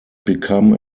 become